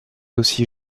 aussi